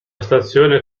stazione